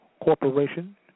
Corporation